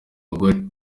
abagore